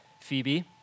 Phoebe